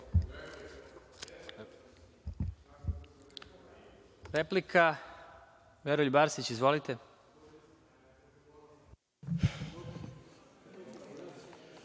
Replika, Veroljub Arsić, izvolite.